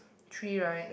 three right